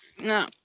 No